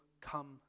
come